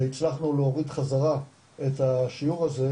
הצלחנו להוריד חזרה את השיעור הזה,